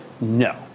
No